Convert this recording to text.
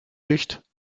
licht